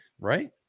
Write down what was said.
right